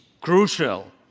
crucial